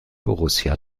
borussia